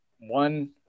one